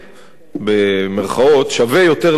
יותר לקופה,